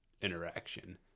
interaction